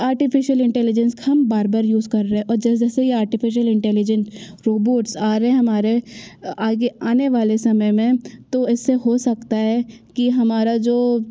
artificial intelligence का हम बार बार यूज़ कर रहे है और जैसे जैसे ये आर्टिफीशियल इंटेलिजेंस रोबोट्स आ रहे हैं हमारे आगे आने वाले समय में तो इससे हो सकता है कि हमारा जो